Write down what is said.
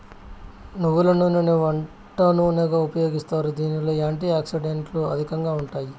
నువ్వుల నూనెని వంట నూనెగా ఉపయోగిస్తారు, దీనిలో యాంటీ ఆక్సిడెంట్లు అధికంగా ఉంటాయి